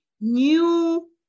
new